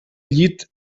llit